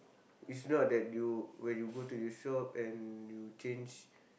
is not that you when you go to the shop and you change